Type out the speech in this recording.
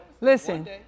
Listen